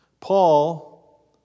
Paul